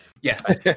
yes